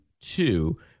two